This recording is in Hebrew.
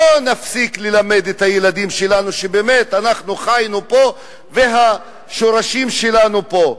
לא נפסיק ללמד את הילדים שלנו שבאמת אנחנו חיינו פה ושהשורשים שלנו פה.